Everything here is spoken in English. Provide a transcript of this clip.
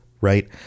right